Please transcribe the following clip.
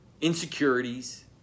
insecurities